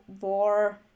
war